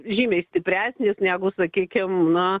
žymiai stipresnis negu sakykim na